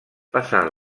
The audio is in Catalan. passant